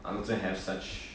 I also have such